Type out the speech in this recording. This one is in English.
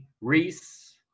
Reese